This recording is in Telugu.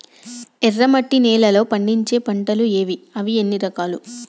ఎర్రమట్టి నేలలో పండించే పంటలు ఏవి? అవి ఎన్ని రకాలు?